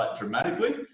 dramatically